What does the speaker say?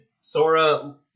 Sora